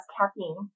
caffeine